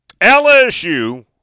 LSU